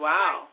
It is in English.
Wow